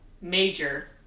major